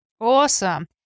Awesome